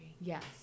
Yes